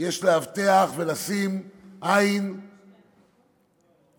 יש לאבטח ולשים עין ואבטחה